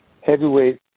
heavyweight